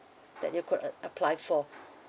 that you could uh apply for